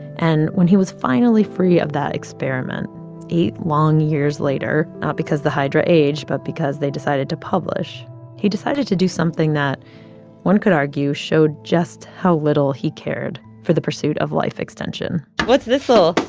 and when he was finally free of that experiment eight long years later not because the hydra aged, but because they decided to publish he decided to do something that one could argue showed just how little he cared for the pursuit of life extension what's this little.